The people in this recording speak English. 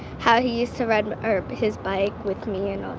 how he used to ride his bike with me and